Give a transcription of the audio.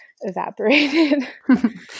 evaporated